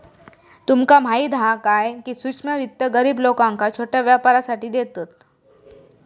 तुमका माहीत हा काय, की सूक्ष्म वित्त गरीब लोकांका छोट्या व्यापारासाठी देतत